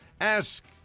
Ask